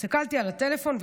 הסתכלתי על הטלפון,